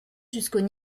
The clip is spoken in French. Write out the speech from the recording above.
jusqu’au